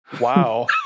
Wow